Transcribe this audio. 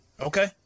Okay